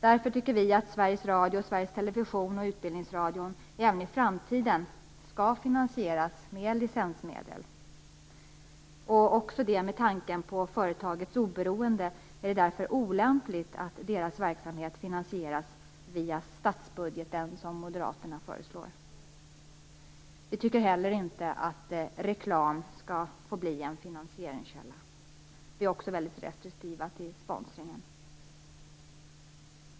Därför tycker vi att Sveriges Radio, Sveriges Television och Utbildningsradion även i framtiden skall finansieras med licensmedel. Också med tanke på företagets oberoende är det därför olämpligt att deras verksamhet finansieras via statsbudgeten, som Moderaterna föreslår. Vi tycker inte heller att reklam skall få bli en finansieringskälla. Vi är också väldigt restriktiva till sponsringen.